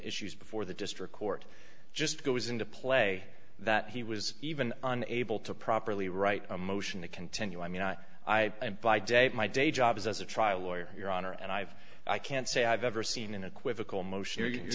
issues before the district court just goes into play that he was even unable to properly write a motion to continue i mean i i by day my day job as a trial lawyer your honor and i've i can't say i've ever seen in a